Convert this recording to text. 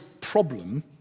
problem